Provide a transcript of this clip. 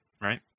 right